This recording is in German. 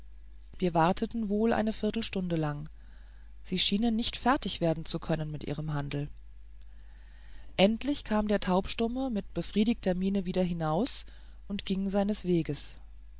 wir warteten wohl eine viertelstunde lang sie schienen nicht fertig werden zu können mit ihrem handel endlich kam der taubstumme mit befriedigter miene wieder heraus und ging seines weges